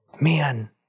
man